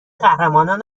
قهرمانان